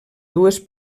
dues